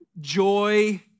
joy